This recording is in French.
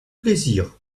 plaisir